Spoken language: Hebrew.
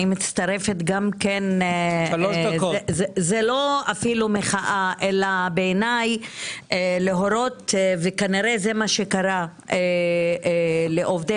זה לא אפילו מחאה אלא בעיניי להורות וכנראה זה מה שקרה לעובדי